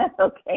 Okay